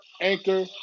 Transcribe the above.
Anchor